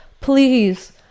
please